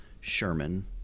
Sherman